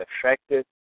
affected